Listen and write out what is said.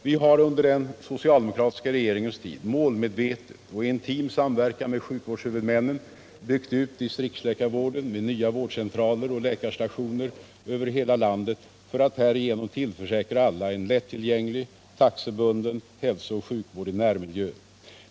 Vi har under den socialdemokratiska regeringens tid målmedvetet och i intim samverkan med sjukvårdshuvudmännen byggt ut distriktsläkarvården vid nya vårdcentraler och läkarstationer över hela landet för att härigenom tillförsäkra alla en lättillgänglig, taxebunden hälsooch sjukvård i närmiljö.